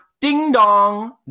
ding-dong